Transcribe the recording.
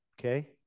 okay